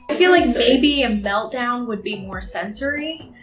feel like maybe a meltdown would be more sensory,